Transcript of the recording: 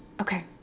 Okay